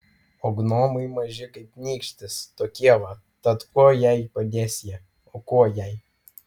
o gnomai maži kaip nykštys tokie va tad kuo jai padės jie o kuo jai